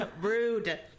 Rude